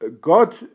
God